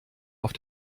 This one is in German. auf